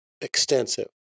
extensive